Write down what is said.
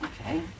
Okay